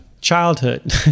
childhood